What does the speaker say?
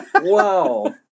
Wow